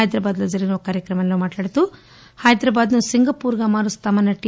హైదరాబాద్లో జరిగిన కార్యక్రమంలో మాట్లాడుతూ హైదరాబాద్ను సింగపూర్గా మారుస్తామన్న టి